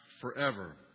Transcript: forever